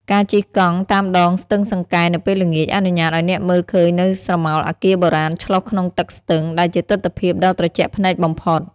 ការជិះកង់តាមដងស្ទឹងសង្កែនៅពេលល្ងាច អនុញ្ញាតឱ្យអ្នកមើលឃើញនូវស្រមោលអគារបុរាណឆ្លុះក្នុងទឹកស្ទឹង ដែលជាទិដ្ឋភាពដ៏ត្រជាក់ភ្នែកបំផុត។